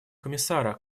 комиссара